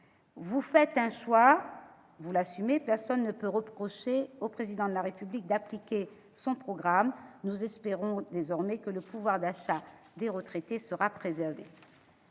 vous faites un choix et vous l'assumez ; personne ne peut reprocher au Président de la République d'appliquer son programme. Nous espérons désormais que le pouvoir d'achat des retraités sera préservé.